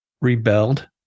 rebelled